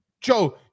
Joe